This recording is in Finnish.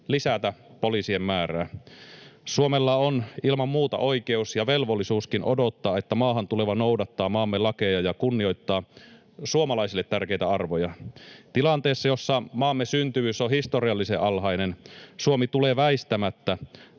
lisätä poliisien määrää. Suomella on ilman muuta oikeus ja velvollisuuskin odottaa, että maahan tuleva noudattaa maamme lakeja ja kunnioittaa suomalaisille tärkeitä arvoja. Tilanteessa, jossa maamme syntyvyys on historiallisen alhainen, Suomi tulee väistämättä